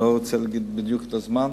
אני לא רוצה להגיד בדיוק את הזמן.